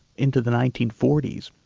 into the nineteen forty s.